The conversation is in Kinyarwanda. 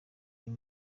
uyu